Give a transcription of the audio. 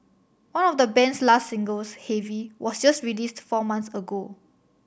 one of the band's last singles Heavy was just released four months ago